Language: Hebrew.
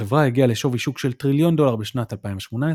החברה הגיעה לשווי שוק של טריליון דולר בשנת 2018,